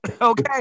Okay